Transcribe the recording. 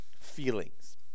feelings